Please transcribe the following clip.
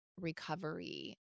recovery